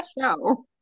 show